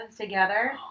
together